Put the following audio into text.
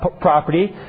property